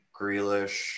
Grealish